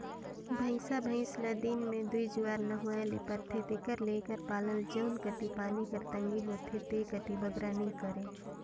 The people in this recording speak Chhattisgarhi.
भंइसा भंइस ल दिन में दूई जुवार नहुवाए ले परथे तेकर ले एकर पालन जउन कती पानी कर तंगी होथे ते कती बगरा नी करें